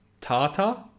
Tata